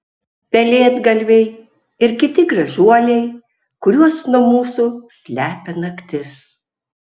pelėdgalviai ir kiti gražuoliai kuriuos nuo mūsų slepia naktis